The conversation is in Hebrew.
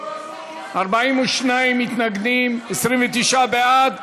42 מתנגדים, 29 בעד.